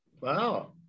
wow